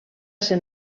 ser